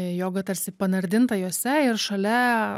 joga tarsi panardinta juose ir šalia